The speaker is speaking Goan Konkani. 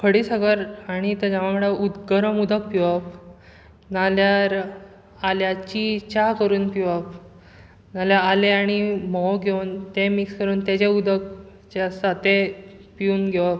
खडी साकर आनी ताचे वांगडा गरम उदक पिवप ना जाल्यार आल्याची च्या करून पिवप ना जाल्यार आलें आनी म्होंव घेवन तें मिक्स करून तेजें उदक जें आसता तें पिवन घेवप